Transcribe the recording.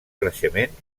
creixement